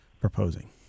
proposing